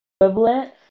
equivalent